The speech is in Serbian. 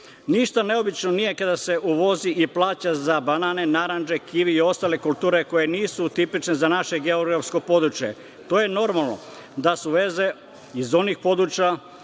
neobično nije kada se uvozi i plaća za banane, narandže, kivi i ostale kulture koje nisu tipične za naše geografsko područje. To je normalno da se veze iz onih područja